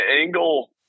angle